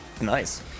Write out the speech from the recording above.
Nice